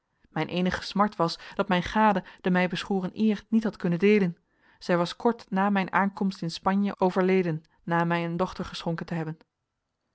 mijn eenige smart was dat mijn gade de mij beschoren eer niet had kunnen deelen zij was kort na mijn aankomst in spanje overleden na mij een dochter geschonken te hebben